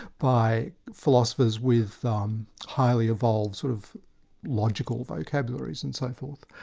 by philosophers with um highly evolved sort of logical vocabularies and so forth.